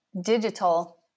digital